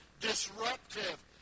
disruptive